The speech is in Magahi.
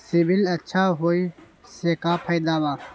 सिबिल अच्छा होऐ से का फायदा बा?